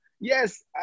yes